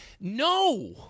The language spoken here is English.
No